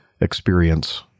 experience